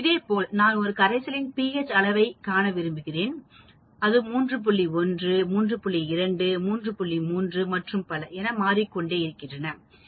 இதேபோல் நான் கரைசலின் pH ஐ மிகவும் தொடர்ச்சியான முறையில் அளவிட முடியும் 3